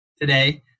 today